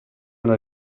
una